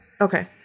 Okay